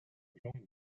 joined